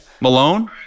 Malone